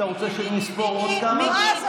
אתה רוצה שנספור עוד כמה?